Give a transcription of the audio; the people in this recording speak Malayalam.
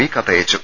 പി കത്തയച്ചു